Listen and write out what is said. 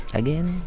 again